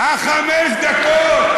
חמש הדקות.